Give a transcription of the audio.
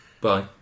bye